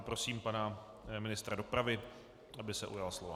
Prosím pana ministra dopravy, aby se ujal slova.